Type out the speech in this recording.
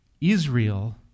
Israel